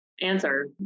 answer